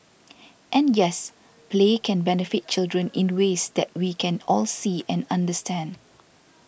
and yes play can benefit children in ways that we can all see and understand